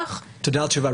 תודה על התשובה.